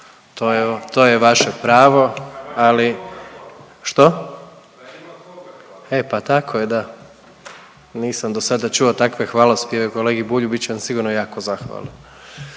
se ne razumije./… Što? E pa tako je da, nisam dosada čuo takve hvalospjeve o kolegi Bulju, bit će vam sigurno jako zahvalan.